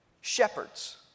shepherds